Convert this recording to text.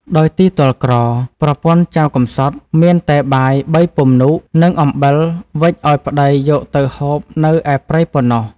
ដោយទីទ័លក្រ ប្រពន្ធចៅកំសត់ មានតែបាយ បីពំនូក និងអំបិលវេចអោយប្តីយកទៅហូបនៅឯព្រៃប៉ុណ្ណោះ ។